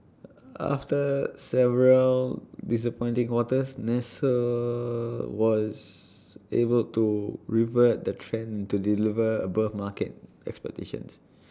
after several disappointing quarters nestle was able to revert the trend to deliver above market expectations